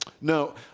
No